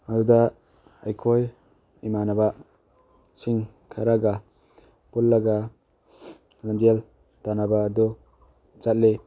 ꯑꯗꯨꯗ ꯑꯩꯈꯣꯏ ꯏꯃꯥꯟꯅꯕꯁꯤꯡ ꯈꯔꯒ ꯄꯨꯜꯂꯒ ꯂꯝꯖꯦꯜ ꯇꯥꯟꯅꯕ ꯑꯗꯨ ꯆꯠꯂꯤ